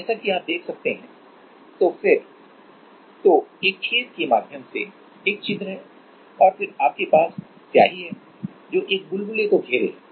तो जैसा कि आप देख सकते हैं तो एक छेद के माध्यम से एक छिद्र है और फिर आपके पास आपकी स्याही है जो एक बुलबुले को घेरे है